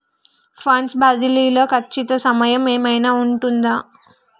Funds బదిలీ లో ఖచ్చిత సమయం ఏమైనా ఉంటుందా?